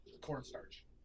Cornstarch